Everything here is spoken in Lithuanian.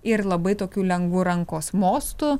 ir labai tokiu lengvu rankos mostu